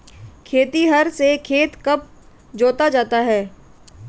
खेतिहर से खेत कब जोता जाता है?